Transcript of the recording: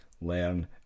learn